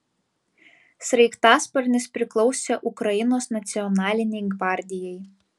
sraigtasparnis priklausė ukrainos nacionalinei gvardijai